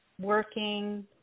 working